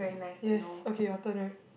yes okay your turn right